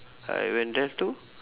I went there too